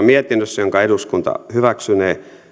mietinnössä jonka eduskunta hyväksynee